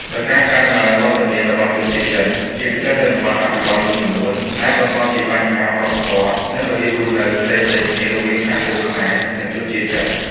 ដោយការកើនឡើងវត្តមានរបស់ជនជាតិចិន ជាពិសេសនៅតំបន់អភិវឌ្ឍន៍មួយចំនួន អាចបង្កជាបញ្ហាវប្បធម៌ និងរបៀបរស់នៅផ្សេងៗគ្នារវាងសហគមន៍ខ្មែរ និងជនជាតិចិន។